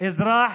אזרח